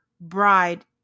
bride